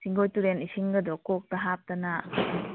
ꯆꯤꯡꯒꯣꯏ ꯇꯨꯔꯦꯟ ꯏꯁꯤꯡꯒꯗꯣ ꯀꯣꯛꯇ ꯍꯥꯞꯇꯅ